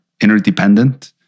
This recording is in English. interdependent